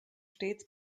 stets